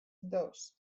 dos